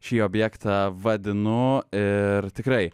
šį objektą vadinu ir tikrai